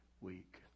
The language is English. week